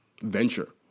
venture